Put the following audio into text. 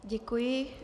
Děkuji.